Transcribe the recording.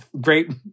great